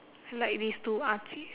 I like these two artiste